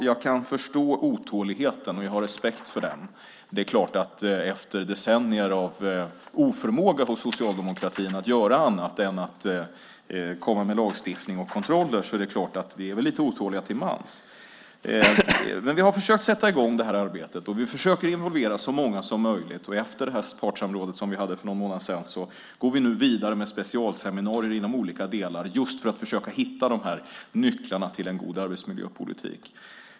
Jag kan förstå otåligheten, och jag har respekt för den. Efter decennier av oförmåga hos Socialdemokraterna att göra annat än att komma med lagstiftning och kontroller är vi väl lite otåliga till mans. Vi har försökt att sätta i gång arbetet. Vi försöker att involvera så många som möjligt. Efter det partssamråd som vi hade för någon månad sedan går vi nu vidare med specialseminarier inom olika delar för att försöka hitta nycklarna till en god arbetsmiljöpolitik.